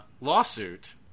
lawsuit